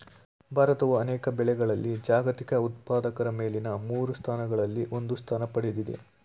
ಭಾರತವು ಅನೇಕ ಬೆಳೆಗಳಲ್ಲಿ ಜಾಗತಿಕ ಉತ್ಪಾದಕರ ಮೇಲಿನ ಮೂರು ಸ್ಥಾನಗಳಲ್ಲಿ ಒಂದು ಸ್ಥಾನ ಪಡೆದಿದೆ